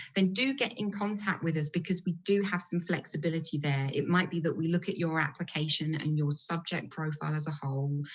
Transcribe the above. and do get in contact with us because we do have some flexibility there. it might be that we look at your application and your subject profile as a whole,